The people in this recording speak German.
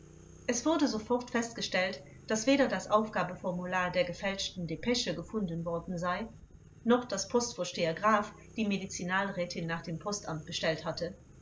es wurde sofort festgestellt daß weder das aufgabeformular der gefälschten depesche gefunden worden sei noch daß postvorsteher graf die medizinalrätin nach dem postamt bestellt hatte